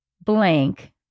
blank